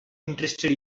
interested